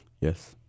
Yes